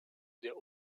der